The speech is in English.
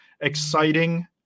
exciting